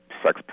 Sex